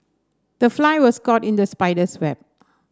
the fly was caught in the spider's web